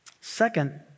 Second